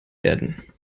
werden